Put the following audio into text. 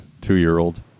two-year-old